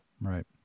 Right